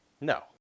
No